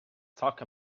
talk